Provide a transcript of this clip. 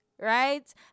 right